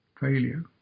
failure